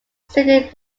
stated